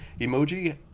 emoji